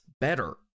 better